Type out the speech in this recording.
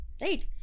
Right